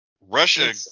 Russia